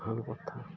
ভাল কথা